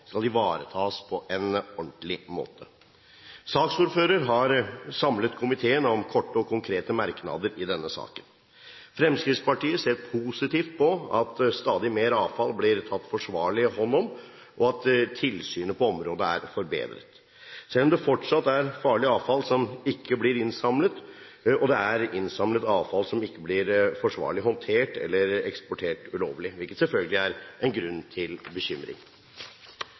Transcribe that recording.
skal ivaretas på en ordentlig måte. Saksordføreren har samlet komiteen om korte og konkrete merknader i denne saken. Fremskrittspartiet ser positivt på at stadig mer farlig avfall blir tatt forsvarlig hånd om, og at tilsynet på området er forbedret, selv om det fortsatt er farlig avfall som ikke blir innsamlet, og det er innsamlet avfall som ikke blir forsvarlig håndtert eller eksportert ulovlig, hvilket selvfølgelig gir grunn til bekymring.